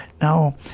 Now